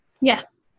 Yes